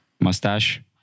Mustache